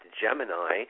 Gemini